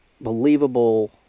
believable